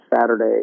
saturday